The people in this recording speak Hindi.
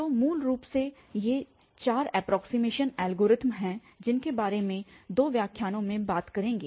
तो मूल रूप से ये चार एप्रोक्सीमेशनस एल्गोरिथ्म है इसके बारे में दो व्याख्यानों में बात करेंगे